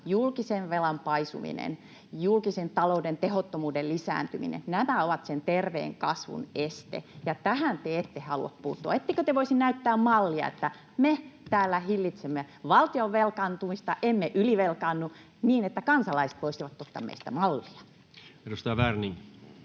Julkisen velan paisuminen ja julkisen talouden tehottomuuden lisääntyminen ovat sen terveen kasvun este, ja tähän te ette halua puuttua. Ettekö te voisi näyttää mallia, että me täällä hillitsemme valtion velkaantumista, emme ylivelkaannu, niin että kansalaiset voisivat ottaa meistä mallia? [Speech